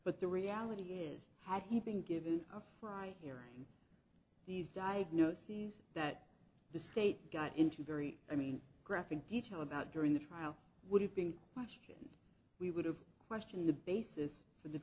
but the reality is had he been given a fly these diagnoses that the state got into very i mean graphic detail about during the trial would have been question we would have questioned the basis for the